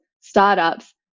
startups